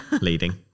leading